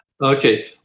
Okay